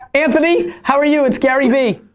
anthony, how are you? it's garyvee.